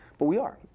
but we are.